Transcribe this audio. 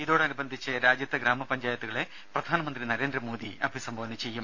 ഇതോടനുബന്ധിച്ച് രാജ്യത്തെ ഗ്രാമപഞ്ചായത്തുകളെ പ്രധാനമന്ത്രി നരേന്ദ്രമോദി അഭിസംബോധന ചെയ്യും